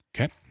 Okay